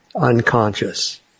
unconscious